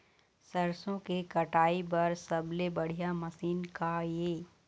सरसों के कटाई बर सबले बढ़िया मशीन का ये?